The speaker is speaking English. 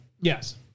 Yes